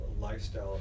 lifestyle